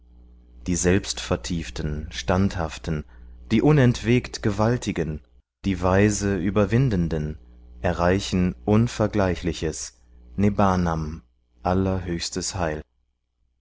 die selbstvertieften standhaften die unentwegt gewaltigen die weise überwindenden erreichen unvergleichliches nibbnam allerhöchstes heil